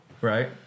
Right